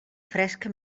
fresca